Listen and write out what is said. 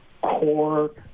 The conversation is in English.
core